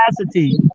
capacity